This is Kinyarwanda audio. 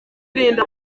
irinda